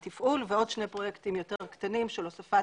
לתפעול, ויש עוד שני פרויקטים יותר קטנים של הוספת